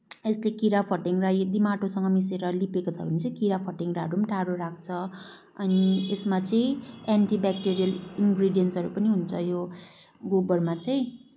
यस्तै किराफट्याङ्ग्रा यदि माटोसँग मिसेर लिपेको छ भने चाहिँ किराफट्याङ्ग्राहरू पनि टाढा राख्छ अनि यसमा चाहिँ एन्टि बेक्टेरियल इनग्रिडिएन्टसहरू पनि हुन्छ यो गोबरमा चाहिँ